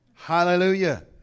Hallelujah